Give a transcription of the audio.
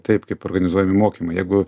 taip kaip organizuojami mokymai jeigu